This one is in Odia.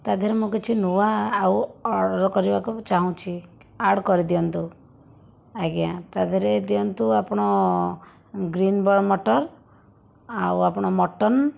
ତା ଦେହରେ ମୁଁ କିଛି ନୂଆ ଆଉ ଅର୍ଡ଼ର କରିବାକୁ ବି ଚାହୁଁଛି ଆଡ଼୍ କରିଦିଅନ୍ତୁ ଆଜ୍ଞା ତା ଦେହରେ ଦିଅନ୍ତୁ ଆପଣ ଗ୍ରୀନ୍ ବ ମଟର୍ ଆଉ ଆପଣ ମଟନ